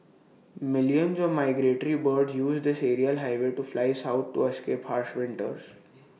millions of migratory birds use this aerial highway to fly south to escape harsh winters